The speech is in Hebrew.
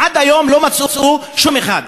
עד היום לא מצאו שום אחד.